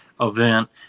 event